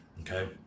okay